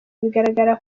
bigaragara